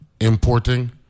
importing